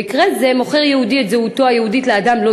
במקרה כזה מוכר יהודי את זהותו היהודית לאדם לא